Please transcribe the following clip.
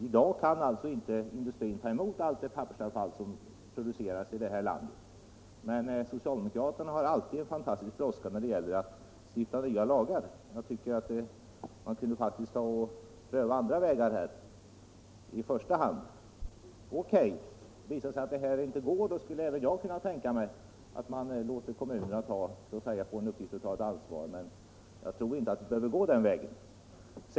I dag kan industrin inte ta emot allt pappersavfall som produceras i landet, men socialdemokraterna har som alltid en fan tastisk brådska när det gäller att stifta nya lagar. Jag tycker att man i första hand borde pröva andra vägar här. Men O.K. : Visar det sig att detta inte går, skulle även jag kunna tänka mig att man låter kommunerna få en uppgift och ta ett ansvar. Jag tror dock inte att vi behöver gå den vägen.